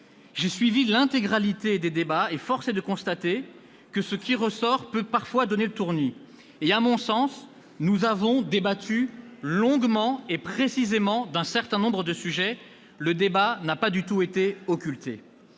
J'ai suivi l'intégralité des débats, et force est de constater que ce qui en ressort peut parfois donner le tournis. Nous avons débattu longuement et précisément d'un certain nombre de sujets, si bien que le débat n'a pas du tout été occulté.